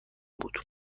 بود